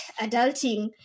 adulting